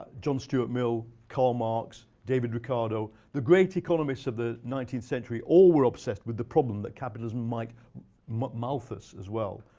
john stuart mill, karl marx, david ricardo, the great economists of the nineteenth century all were obsessed with the problem that capitalism like malthus as well,